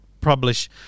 publish